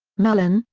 mellon,